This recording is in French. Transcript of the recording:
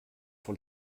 sur